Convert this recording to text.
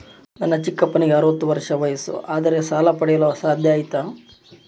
ನನ್ನ ಚಿಕ್ಕಪ್ಪನಿಗೆ ಅರವತ್ತು ವರ್ಷ ವಯಸ್ಸು ಆದರೆ ಸಾಲ ಪಡೆಯಲು ಸಾಧ್ಯ ಐತಾ?